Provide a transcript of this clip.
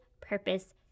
purpose